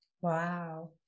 Wow